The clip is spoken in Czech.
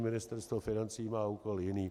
Ministerstvo financí má úkol jiný.